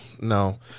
No